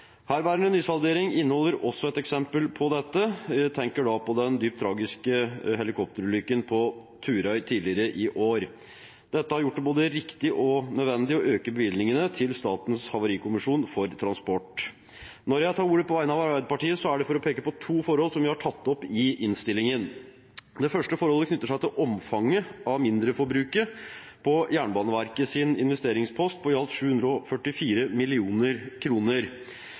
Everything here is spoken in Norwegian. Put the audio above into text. Herværende nysaldering inneholder også et eksempel på dette. Jeg tenker da på den dypt tragiske helikopterulykken på Turøy tidligere i år. Dette har gjort det både riktig og nødvendig å øke bevilgningene til Statens havarikommisjon for transport. Når jeg tar ordet på vegne av Arbeiderpartiet, er det for å peke på to forhold som vi har tatt opp i innstillingen. Det første forholdet knytter seg til omfanget av mindreforbruket på Jernbaneverkets investeringspost på i alt 744